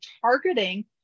targeting